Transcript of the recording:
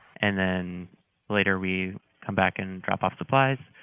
and then later, we come back and drop off supplies.